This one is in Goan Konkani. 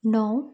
णव